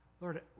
Lord